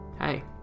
hey